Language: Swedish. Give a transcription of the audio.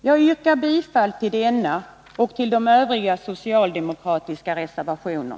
Jag yrkar bifall till denna reservation och till övriga socialdemokratiska reservationer.